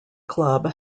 club